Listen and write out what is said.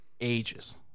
ages